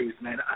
man